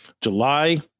July